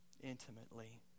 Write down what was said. intimately